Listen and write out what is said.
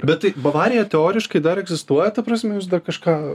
bet tai bavarija teoriškai dar egzistuoja ta prasme jūs dar kažką